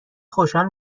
خوشحال